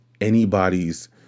anybody's